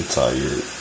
tired